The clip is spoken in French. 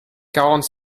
quarante